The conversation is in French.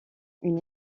une